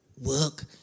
work